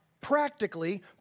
practically